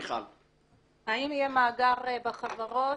האם יהיה מאגר בחברות?